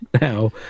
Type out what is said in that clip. now